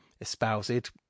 espoused